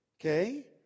Okay